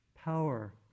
Power